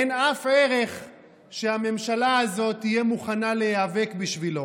אין אף ערך שהממשלה הזאת תהיה מוכנה להיאבק בשבילו.